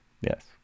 Yes